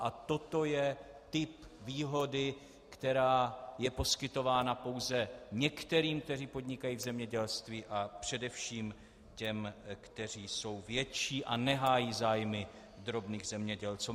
A toto je typ výhody, která je poskytována pouze některým, kteří podnikají v zemědělství, a především těm, kteří jsou větší a nehájí zájmy drobných zemědělců.